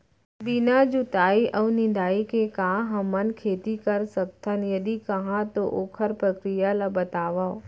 बिना जुताई अऊ निंदाई के का हमन खेती कर सकथन, यदि कहाँ तो ओखर प्रक्रिया ला बतावव?